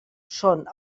són